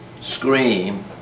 scream